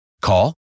Call